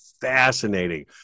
fascinating